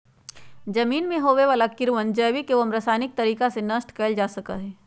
जमीन में होवे वाला कीड़वन जैविक एवं रसायनिक तरीका से नष्ट कइल जा सका हई